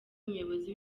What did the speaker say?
umuyobozi